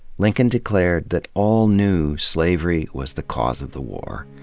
lincoln declared that all knew slavery was the cause of the war.